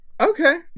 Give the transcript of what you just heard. Okay